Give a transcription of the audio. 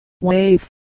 Wave